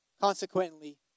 Consequently